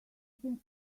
can